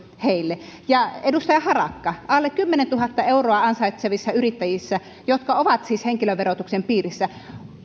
heille edustaja harakka alle kymmenentuhatta euroa ansaitsevissa yrittäjissä jotka ovat siis henkilöverotuksen piirissä